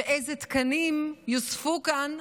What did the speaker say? איזה תקנים יוספו כאן,